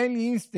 אין לי אינסטגרם,